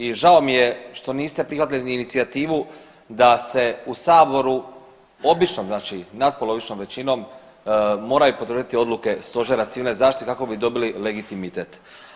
I žao mi je što niste prihvatili inicijativu da se u saboru obično znači nadpolovičnom većinom moraju potvrditi odluke Stožera civilne zaštite kako bi dobili legitimitet.